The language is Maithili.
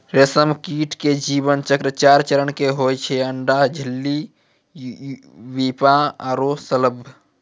रेशम कीट के जीवन चक्र चार चरण के होय छै अंडा, इल्ली, प्यूपा आरो शलभ